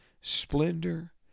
Splendor